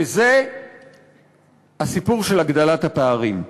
וזה הסיפור של הגדלת הפערים.